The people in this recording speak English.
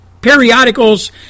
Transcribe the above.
periodicals